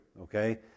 Okay